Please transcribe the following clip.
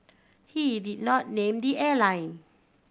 he did not name the airline